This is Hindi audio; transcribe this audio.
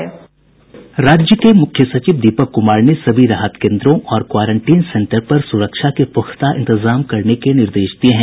राज्य के मुख्य सचिव दीपक कुमार ने सभी राहत केन्द्रों और क्वारेंटिन सेंटर पर सुरक्षा के पुख्ता इंतजाम करने के निर्देश दिये हैं